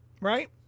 right